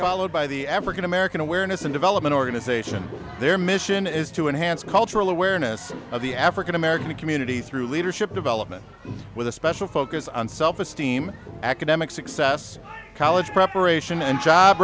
followed by the african american awareness and development organization their mission is to enhance cultural awareness of the african american community through leadership development with a special focus on self esteem academic success college preparation and job